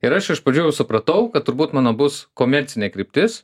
ir aš iš pradžių jau supratau kad turbūt mano bus komercinė kryptis